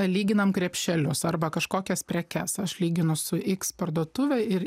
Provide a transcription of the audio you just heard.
lyginam krepšelius arba kažkokias prekes aš lyginu su x parduotuve ir